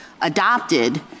adopted